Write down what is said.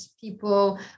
People